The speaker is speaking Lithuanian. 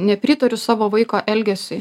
nepritariu savo vaiko elgesiui